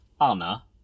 Anna